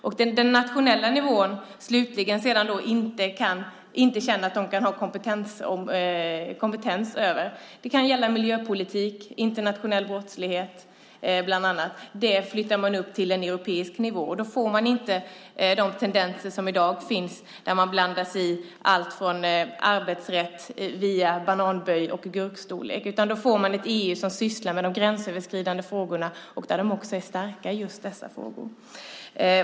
Och det som man på den nationella nivån sedan slutligen känner att man inte har kompetens för - det kan gälla miljöpolitik och internationell brottslighet bland annat - flyttar man upp till en europeisk nivå. Då får man inte de tendenser som i dag finns där EU blandar sig i allt från arbetsrätt till bananböj och gurkstorlek, utan då får man ett EU som sysslar med de gränsöverskridande frågorna och som också är starkt just i dessa frågor.